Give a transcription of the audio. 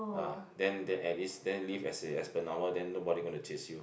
ah then then at least then leave as a as per normal then nobody going to chase you